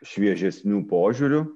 šviežesniu požiūriu